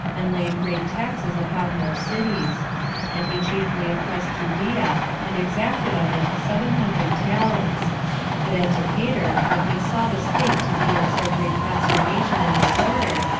and laid great taxes upon those cities and he chiefly oppressed judea, and exacted of it seven hundred talents but antipater, when he saw the state to be in so great consternation and disorder,